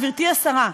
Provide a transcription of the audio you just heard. גברתי השרה,